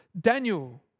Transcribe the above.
Daniel